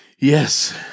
Yes